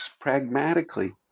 pragmatically